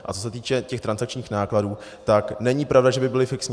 A co se týče těch transakčních nákladů, tak není pravda, že by byly fixní.